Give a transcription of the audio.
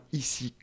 ici